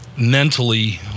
mentally